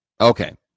Okay